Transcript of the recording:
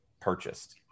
purchased